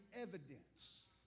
evidence